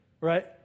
Right